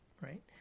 right